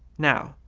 now,